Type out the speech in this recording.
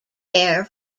air